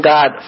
God